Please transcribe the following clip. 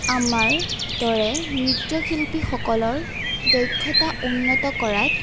আমাৰ দৰে নৃত্যশিল্পীসকলৰ দক্ষতা উন্নত কৰাত